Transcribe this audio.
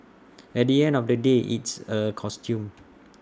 at the end of the day it's A costume